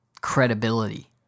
credibility